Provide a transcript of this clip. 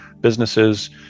businesses